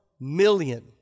million